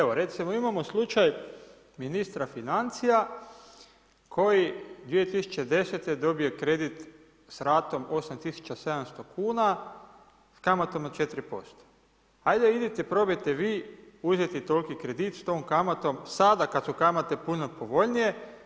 Evo recimo imamo slučaj ministra financija koji 2010. dobije kredit s ratom 8700 kuna s kamatama 4%, ajde idite probajte vi uzeti toliki kredit s tom kamatom, sada kada su kamate puno povoljnije.